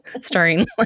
starring